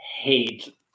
hate